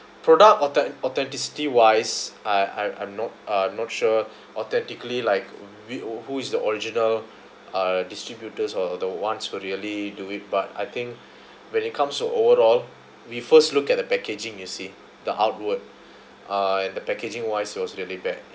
product authe~ authenticity wise I I I'm not uh I'm not sure authentically like whi~ who is the original uh distributors or the ones who really do it but I think when it comes to overall we first look at the packaging you see the artwork uh and the packaging wise was really bad